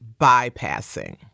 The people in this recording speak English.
bypassing